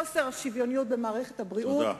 חוסר שוויוניות במערכת הבריאות,